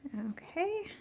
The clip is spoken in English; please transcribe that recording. okay,